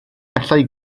allai